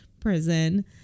prison